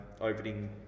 opening